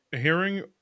Hearing